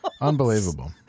Unbelievable